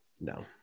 no